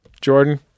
Jordan